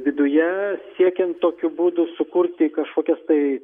viduje siekian tokiu būdu sukurti kažkokias tai